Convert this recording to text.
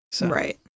Right